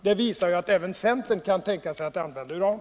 Det visar att även centern kan tänka sig att använda uran.